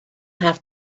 have